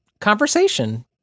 conversation